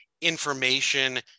information